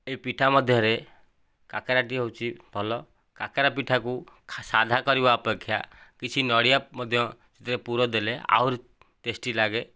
ଏହି ପିଠା ମଧ୍ୟରେ କାକରାଟି ହେଉଛି ଭଲ କାକରା ପିଠାକୁ ସାଧା କରିବା ଅପେକ୍ଷା କିଛି ନଡିଆ ମଧ୍ୟ ଦେ ପୁର ଦେଲେ ଆହୁରି ଟେଷ୍ଟି ଲାଗେ